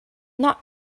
not